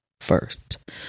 first